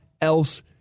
else